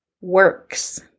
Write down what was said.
works